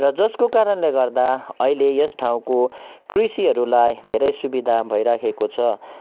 र जसको कारणले गर्दा अहिले यस ठाउँको कृषिहरूलाई धेरै सुविधा भइरहेको छ